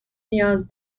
نیاز